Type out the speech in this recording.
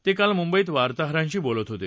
ते काल मुंबईत वार्ताहरांशी बोलत होते